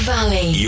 Valley